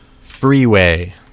Freeway